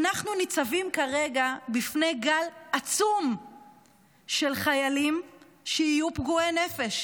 אנחנו ניצבים כרגע בפני גל עצום של חיילים שיהיו פגועי נפש,